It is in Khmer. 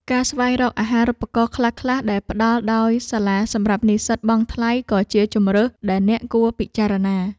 ការស្វែងរកអាហារូបករណ៍ខ្លះៗដែលផ្តល់ដោយសាលាសម្រាប់និស្សិតបង់ថ្លៃក៏ជាជម្រើសដែលអ្នកគួរពិចារណា។